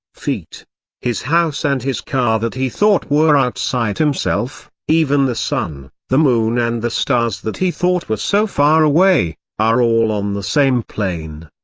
feet his house and his car that he thought were outside himself, even the sun, the moon and the stars that he thought were so far away, are all on the same plane.